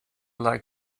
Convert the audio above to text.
like